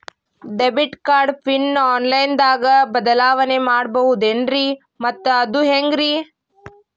Debit card PIN online ದಾಗ ಬದಲಾವಣೆ ಮಾಡಬಹುದೇನ್ರಿ ಮತ್ತು ಅದು ಹೆಂಗ್ರಿ?